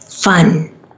Fun